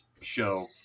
show